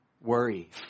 Worry